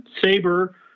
Sabre